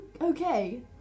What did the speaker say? okay